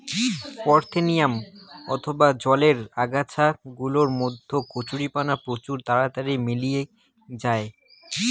parthenium অথবা জলের আগাছা গুলার মধ্যে কচুরিপানা প্রচুর তাড়াতাড়ি মেলি জায়